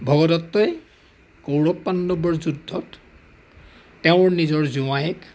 ভগদত্তই কৌৰৱ পাণ্ডৱৰ যুদ্ধত তেওঁ নিজৰ জোঁৱায়েক